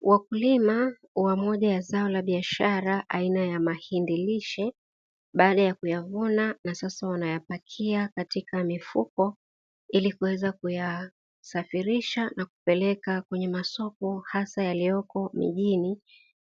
Wakulima wa moja ya zao la biashara aina ya mahindi lishe baada ya kuyavuna na sasa wanayapakia katika mifuko ili kuweza kuyasafirisha, na kupeleka kwenye masoko hasa yaliyopo mijini,